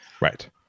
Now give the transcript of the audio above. Right